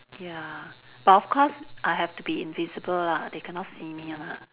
ya but of course I have to be invisible lah they cannot see me lah